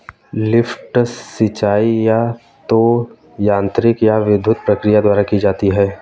lift सिंचाई या तो यांत्रिक या विद्युत प्रक्रिया द्वारा की जाती है